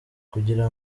kugira